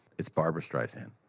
it's barbra streisand.